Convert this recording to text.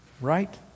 Right